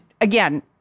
Again